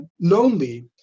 lonely